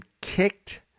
kicked